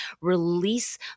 release